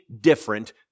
different